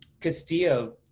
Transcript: Castillo